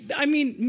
but i mean,